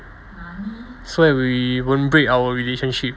so that we won't break our relationship